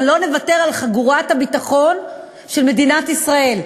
אבל לא נוותר על חגורת הביטחון של מדינת ישראל,